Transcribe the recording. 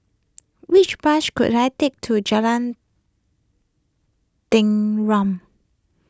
which bus could I take to Jalan